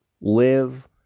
Live